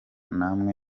namwe